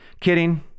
Kidding